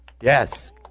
Yes